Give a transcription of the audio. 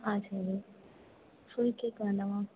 ஆ சரி full cake வேண்டாமா